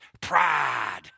Pride